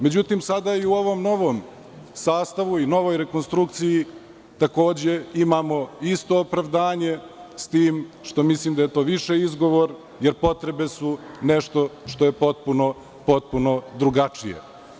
Međutim, sada i u ovom novom sastavu i novoj rekonstrukciji, takođe, imamo isto opravdanje, s tim što mislim da je to više izgovor, jer potrebe su nešto što je potpuno drugačije.